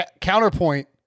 counterpoint